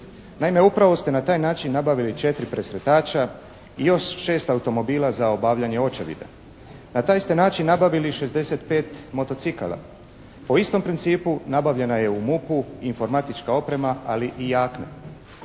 Naime, upravo ste na taj način nabavili četiri presretača i još šest automobila za obavljanje očevida. Na taj ste način nabavili 65 motocikala. Po istom principu nabavljena je u MUP-u informatička oprema, ali i jakne.